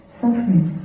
suffering